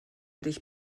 dich